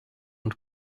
und